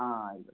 ആ ആയിക്കോട്ടെ